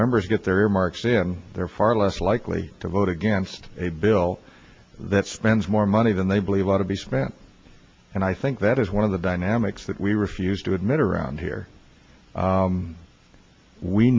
members get their earmarks in they're far less likely to vote against a bill that spends more money than they believe a lot of be spent and i think that is one of the dynamics that we refuse to admit around here